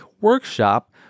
workshop